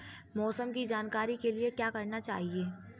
मौसम की जानकारी के लिए क्या करना चाहिए?